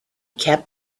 kept